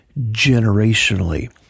generationally